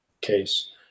case